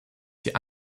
die